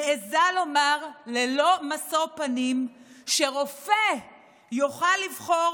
מעיזה לומר ללא משוא פנים שרופא יוכל לבחור